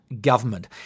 government